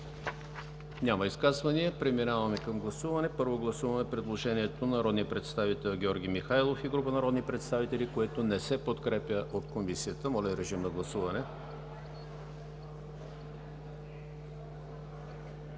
Няма. Преминаваме към гласуване. Първо, гласуваме предложението на народния представител Георги Михайлов и група народни представители, което не се подкрепя от Комисията. Гласували